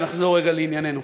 ונחזור רגע לענייננו.